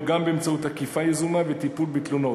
גם באמצעות אכיפה יזומה וטיפול בתלונות.